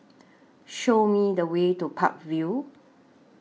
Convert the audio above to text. Show Me The Way to Park Vale